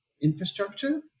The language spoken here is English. infrastructure